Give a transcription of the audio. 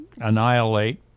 annihilate